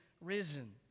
risen